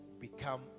become